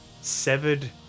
severed